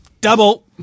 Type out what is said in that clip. double